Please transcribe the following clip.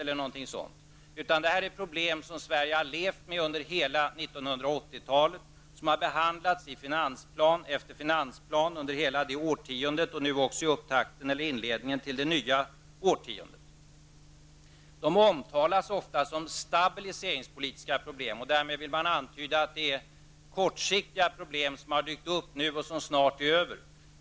Detta är problem som Sverige har levt med under hela 1980 talet, som har behandlats i finansplan efter finansplan under hela det årtiondet och nu även i inledningen till det nya årtiondet. Problemen omtalas ofta som stabiliseringspolitiska problem. Därmed vill man antyda att det är fråga om kortsiktiga problem, som byggts upp nu och som snart är över.